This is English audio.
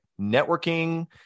networking